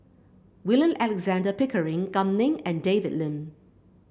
William Alexander Pickering Kam Ning and David Lim